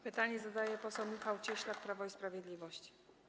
Pytanie zadaje poseł Michał Cieślak, Prawo i Sprawiedliwość.